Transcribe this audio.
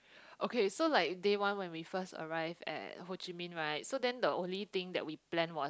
okay so like day one when we first arrive at Ho Chi Minh right so then the only thing that we plan was